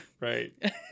Right